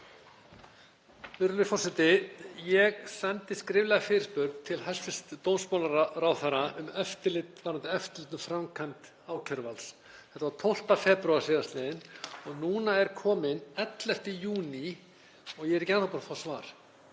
Þetta var 12. febrúar síðastliðinn og núna er kominn 11. júní og ég er ekki enn þá búinn að fá svar.